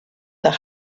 the